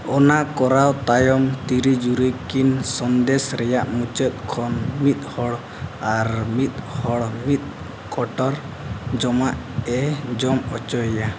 ᱚᱱᱟ ᱠᱚᱨᱟᱣ ᱛᱟᱭᱚᱢ ᱛᱤᱨᱤᱡᱩᱨᱤ ᱠᱤᱱ ᱥᱟᱸᱫᱮᱥ ᱨᱮᱭᱟᱜ ᱢᱩᱪᱟᱹᱫ ᱠᱷᱚᱱ ᱢᱤᱫ ᱦᱚᱲ ᱟᱨ ᱢᱤᱫ ᱦᱚᱲ ᱢᱤᱫ ᱠᱚᱴᱚᱨ ᱡᱚᱢᱟᱜ ᱮ ᱡᱚᱢ ᱦᱚᱪᱚᱭᱮᱭᱟ